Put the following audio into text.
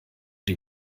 die